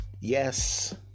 Yes